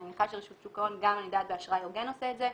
ואני מניחה שרשות שוק ההון באשראי הוגן עושה את זה,